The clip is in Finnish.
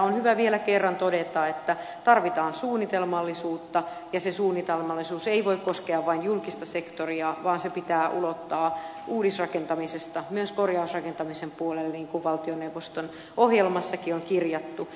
on hyvä vielä kerran todeta että tarvitaan suunnitelmallisuutta ja se suunnitelmallisuus ei voi koskea vain julkista sektoria vaan se pitää ulottaa uudisrakentamisesta myös korjausrakentamisen puolelle niin kuin valtioneuvoston ohjelmassakin on kirjattu